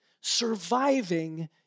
surviving